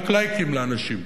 רק "לייקים" לאנשים.